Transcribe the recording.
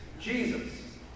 Jesus